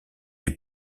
est